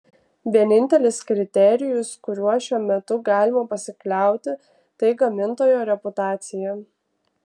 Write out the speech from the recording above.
vienintelis kriterijus kuriuo šiuo metu galima pasikliauti tai gamintojo reputacija